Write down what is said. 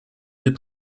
deux